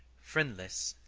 friendless,